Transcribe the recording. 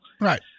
Right